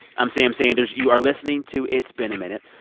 i'm sam sanders. you are listening to it's been a minute.